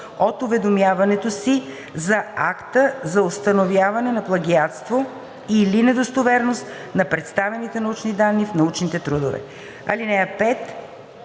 от уведомяването си за акта за установяване на плагиатство или недостоверност на представените научни данни в научните трудове.